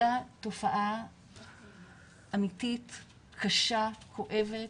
אלא תופעה אמיתית, קשה, כואבת,